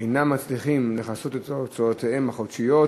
אינם מצליחים לכסות את הוצאותיהם החודשיות,